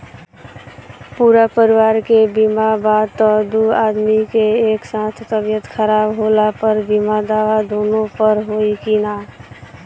पूरा परिवार के बीमा बा त दु आदमी के एक साथ तबीयत खराब होला पर बीमा दावा दोनों पर होई की न?